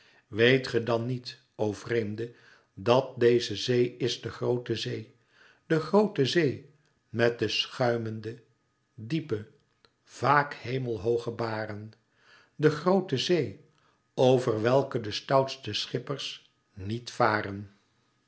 weet ge dan niet o vreemde dat deze zee is de groote zee de groote zee met de schuimende diepe vaak hemelhooge baren de groote zee over welke de stoutste schippers niet varen